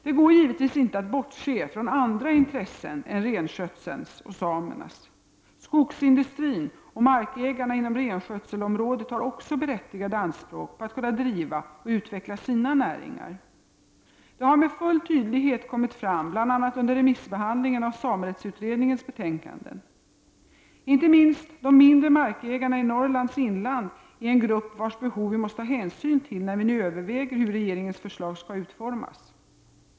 Det går givetvis inte att bortse från andra intressen än renskötselns och samernas. Skogsindustrin och markägarna inom renskötselområdet har också berättigade anspråk på att kunna driva och utveckla sina näringar. Det har med full tydlighet kommit fram bl.a. under remissbehandlingen av samerättsutredningens betänkanden. Inte minst de mindre markägarna i Norrlands inland är en grupp vars behov vi måste ta hänsyn till när vi nu överväger hur regeringens förslag skall utformas.